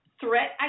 threat